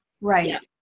Right